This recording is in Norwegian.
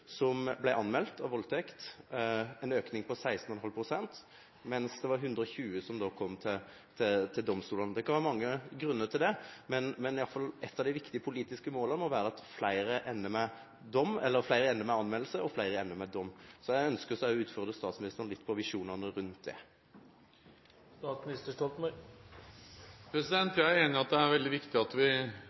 som ble anmeldt – en økning på 16,5 pst. – mens det var 120 som kom til domstolene. Det kan være mange grunner til det, men et av de viktige politiske målene må i hvert fall være at flere ender med anmeldelse, og flere ender med dom. Så jeg ønsker å utfordre statsministeren om visjonene rundt dette. Jeg er enig i at det er veldig viktig at vi